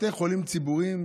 בתי החולים הציבוריים,